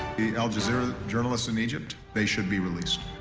al jazeera journalists in egypt, they should be released.